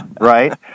right